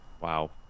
Wow